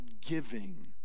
giving